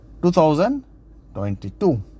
2022